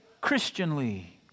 Christianly